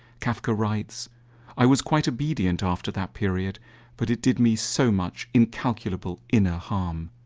kafka writes i was quite obedient after that period but it did me so much incalculable inner harm.